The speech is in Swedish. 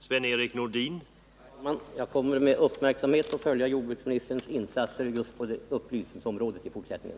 Herr talman! Jag kommer med uppmärksamhet att följa jordbruksministerns insatser på upplysningsområdet i fortsättningen.